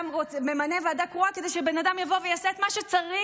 אתה ממנה ועדה קרואה כדי שבן אדם יבוא ויעשה את מה שצריך,